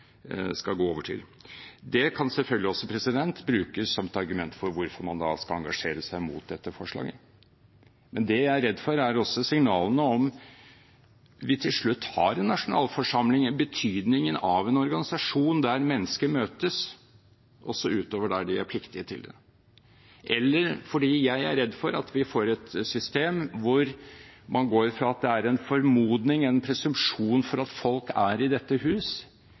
skal gå over til. Det kan selvfølgelig også brukes som et argument for hvorfor man skal engasjere seg mot dette forslaget. Men det jeg er redd for, er signalene – om vi til slutt har en nasjonalforsamling, i betydningen av en organisasjon der mennesker møtes, også utover det de er pliktige til. Jeg er redd for at vi får et system hvor man går fra at det er en formodning, en presumpsjon, om at folk er i dette hus,